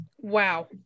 Wow